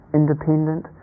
independent